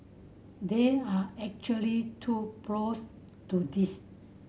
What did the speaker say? there are actually two pros to this